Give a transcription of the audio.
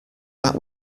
that